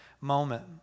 moment